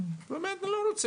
ואומרת: אני לא רוצה,